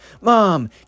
Mom